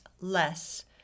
less